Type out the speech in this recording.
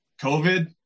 COVID